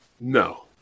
No